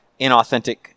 inauthentic